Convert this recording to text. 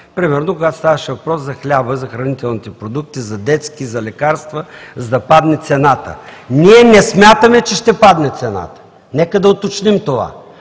примерно, когато ставаше въпрос за хляба и за хранителните продукти, за детски, за лекарства, за да падне цената. Ние не смятаме, че ще падне цената. Нека да уточним това.